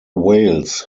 whales